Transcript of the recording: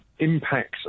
impacts